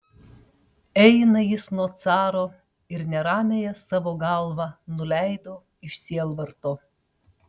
eina jis nuo caro ir neramiąją savo galvą nuleido iš sielvarto